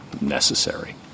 necessary